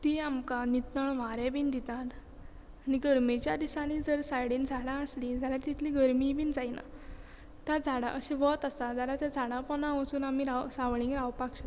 ती आमकां नितळ वारें बीन दितात आनी गर्मेच्या दिसांनी जर सायडीन झाडां आसली जाल्यार तितली गरमी बीन जायना त्या झाडां अशें वत आसा जाल्यार त्या झाडां पोंदा वचून आमी राव सावळी रावपाक शकतात